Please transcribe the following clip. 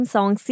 Song